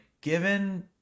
given